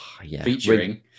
featuring